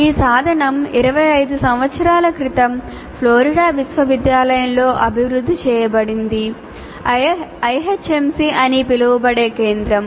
ఈ సాధనం 25 సంవత్సరాల క్రితం ఫ్లోరిడా విశ్వవిద్యాలయంలో అభివృద్ధి చేయబడింది IHMC అని పిలువబడే కేంద్రం